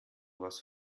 was